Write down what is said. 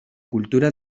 cultura